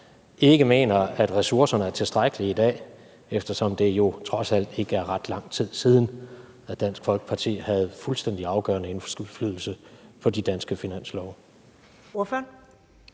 ikke mener, at ressourcerne er tilstrækkelige i dag, eftersom det trods alt ikke er ret lang tid siden, at Dansk Folkeparti havde fuldstændig afgørende indflydelse på de danske finanslove. Kl.